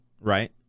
right